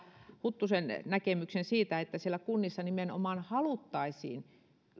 huttusen näkemyksen siitä että pienissä kunnissa haluttaisiin